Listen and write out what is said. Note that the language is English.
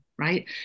right